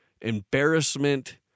embarrassment